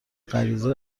غریزه